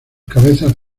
cabezas